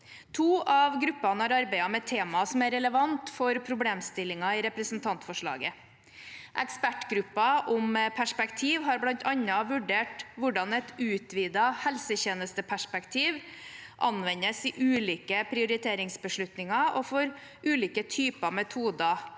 To av gruppene har arbeidet med temaer som er relevante for problemstillingen i representantforslaget. Ekspertgruppen om perspektiv har bl.a. vurdert hvordan et utvidet helsetjenesteperspektiv anvendes i ulike prioriteringsbeslutninger og for ulike typer metoder,